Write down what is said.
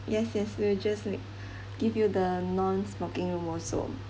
yes yes we'll just ma~ give you the non smoking room also